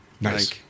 Nice